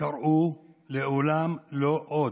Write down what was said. קראו "לעולם לא עוד",